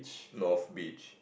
north beach